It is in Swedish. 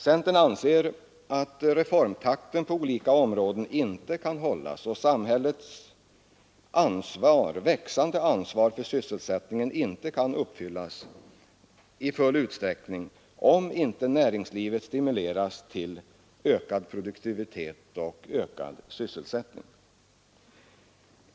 Centern anser att reformtakten på olika områden inte kan hållas och att samhället inte i full utsträckning kan ta det växande ansvaret för sysselsättningen, om inte näringslivet stimuleras till ökad produktivitet och ökad sysselsättning.